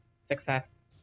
success